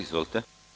Izvolite.